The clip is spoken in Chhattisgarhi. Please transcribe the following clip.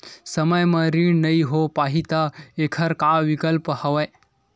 समय म ऋण नइ हो पाहि त एखर का विकल्प हवय?